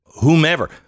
whomever